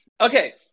Okay